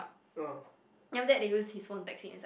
then after that they use his phone to text him inside